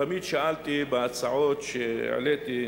תמיד שאלתי בהצעות שהעליתי,